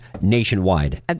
nationwide